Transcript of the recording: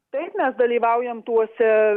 taip mes dalyvaujam tuose